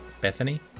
Bethany